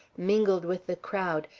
mingled with the crowd,